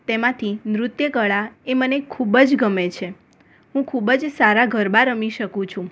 તેમાંથી નૃત્ય કળા એ મને ખૂબ જ ગમે છે હું ખૂબ જ સારા ગરબા રમી શકું છું